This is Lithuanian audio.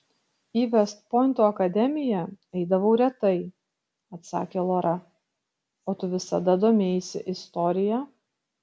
į vest pointo akademiją eidavau retai atsakė lora o tu visada domėjaisi istorija